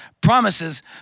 promises